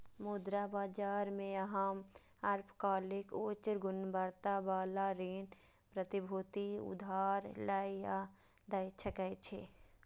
मुद्रा बाजार मे अहां अल्पकालिक, उच्च गुणवत्ता बला ऋण प्रतिभूति उधार लए या दै सकै छी